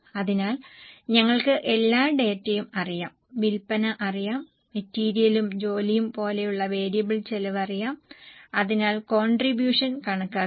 അതിനാൽ ഞങ്ങൾക്ക് എല്ലാ ഡാറ്റയും അറിയാം വിൽപ്പന അറിയാം മെറ്റീരിയലും ജോലിയും പോലെയുള്ള വേരിയബിൾ ചെലവ് അറിയാം അതിനാൽ കോണ്ട്രിബൂഷൻ കണക്കാക്കുക